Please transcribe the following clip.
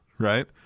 right